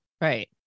Right